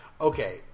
Okay